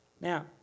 Now